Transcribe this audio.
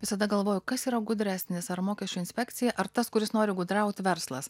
visada galvoju kas yra gudresnis ar mokesčių inspekcija ar tas kuris nori gudraut verslas